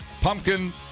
pumpkin